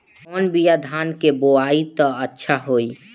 कौन बिया धान के बोआई त अच्छा होई?